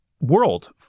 world